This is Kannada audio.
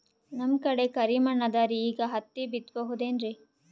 ನಮ್ ಕಡೆ ಕರಿ ಮಣ್ಣು ಅದರಿ, ಈಗ ಹತ್ತಿ ಬಿತ್ತಬಹುದು ಏನ್ರೀ?